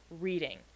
reading